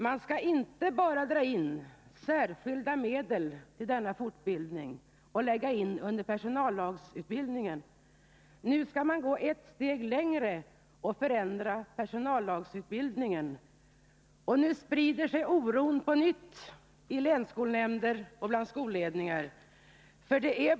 Man skall inte bara dra in särskilda medel till detta och lägga in det under personallagsutbildningen — nu skall man gå ett steg längre och förändra personallagsutbildningen. Oron sprider sig igen på länsskolenämnder och bland skolledningar.